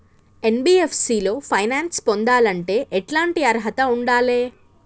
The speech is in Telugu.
ఎన్.బి.ఎఫ్.సి లో ఫైనాన్స్ పొందాలంటే ఎట్లాంటి అర్హత ఉండాలే?